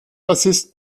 bassist